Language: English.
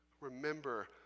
remember